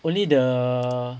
only the